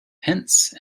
pence